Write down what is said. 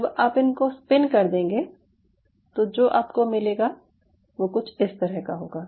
जब आप इनको स्पिन कर देंगे तो जो आपको मिलेगा वो कुछ इस तरह का होगा